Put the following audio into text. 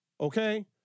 okay